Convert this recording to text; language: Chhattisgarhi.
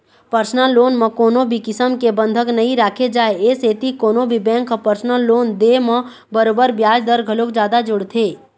परसनल लोन म कोनो भी किसम के बंधक नइ राखे जाए ए सेती कोनो भी बेंक ह परसनल लोन दे म बरोबर बियाज दर घलोक जादा जोड़थे